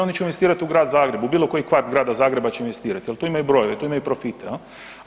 Oni će investirati u Grad Zagreb, u bilo koji kvart Grada Zagreba će investirati jer tu imaju brojeve, tu imaju profite jel.